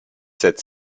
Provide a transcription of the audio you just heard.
sept